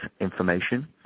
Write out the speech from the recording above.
information